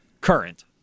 current